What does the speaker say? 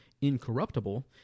Incorruptible